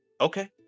Okay